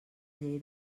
llei